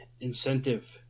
incentive